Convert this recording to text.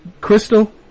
Crystal